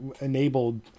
enabled